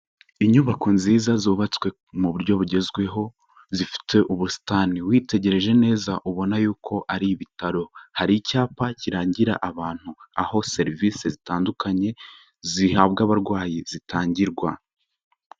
Inyubako nziza zubatswe mu buryo bugezweho zifite ubusitani, witegereje neza ubona y'uko ari ibitaro, hari icyapa kirangira abantu aho serivisi zitandukanye zihabwa abarwayi zitangirwa.